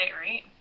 Right